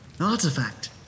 Artifact